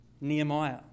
Nehemiah